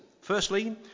Firstly